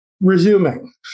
Resuming